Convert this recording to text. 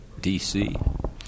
DC